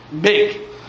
Big